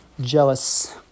Jealous